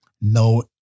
no